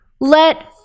let